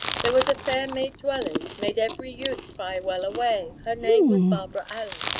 there was a fair maid dwellin', made every youth cry well-a-way! her name was barbara allen.